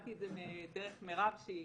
שמעתי את זה דרך מירב שהיא